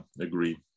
agree